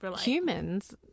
humans